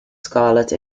scarlet